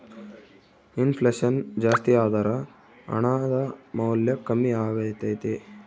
ಇನ್ ಫ್ಲೆಷನ್ ಜಾಸ್ತಿಯಾದರ ಹಣದ ಮೌಲ್ಯ ಕಮ್ಮಿಯಾಗತೈತೆ